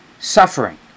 suffering